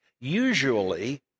Usually